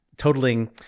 Totaling